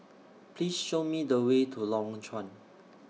Please Show Me The Way to Lorong Chuan